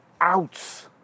outs